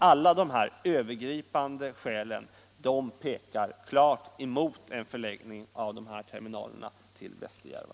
Alla dessa övergripande skäl talar klart emot en förläggning av terminalerna till Västerjärva.